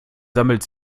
sammelt